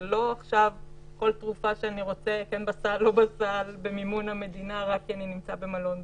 שלא כל תרופה שאני רוצה אני אקבל רק כי אני נמצא במלון בבידוד.